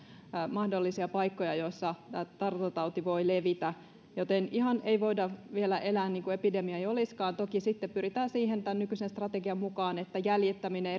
mahdollisia paikkoja joissa tämä tartuntatauti voi levitä joten ihan vielä ei voida elää kuin epidemiaa ei olisikaan toki pyritään tämän nykyisen strategian mukaan siihen että jäljittäminen